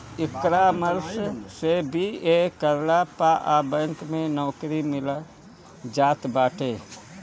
ecommerce से BA करला पअ बैंक में नोकरी मिल जात बाटे